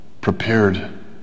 prepared